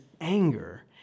anger